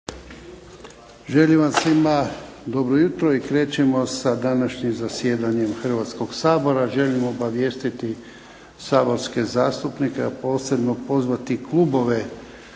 Želim vam svima dobro jutro i krećemo sa današnjim zasjedanjem Hrvatskog sabora. Želim obavijestiti saborske zastupnike, a posebno pozvati klubove